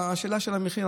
השאלה של המחיר,